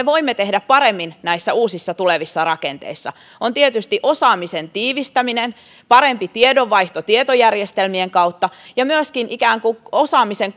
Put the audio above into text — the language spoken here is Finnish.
voimme tehdä paremmin näissä uusissa tulevissa rakenteissa on tietysti osaamisen tiivistäminen parempi tiedonvaihto tietojärjestelmien kautta ja myöskin ikään kuin osaamisen